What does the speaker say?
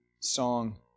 song